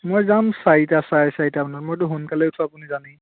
মই যাম চাৰিটা চাৰে চাৰিটামানত মইতো সোনকালে উঠোঁ আপুনি জানেই